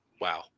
Wow